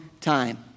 time